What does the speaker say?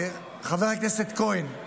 חבר הכנסת כהן,